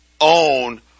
own